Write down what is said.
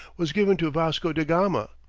was given to vasco da gama,